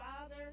Father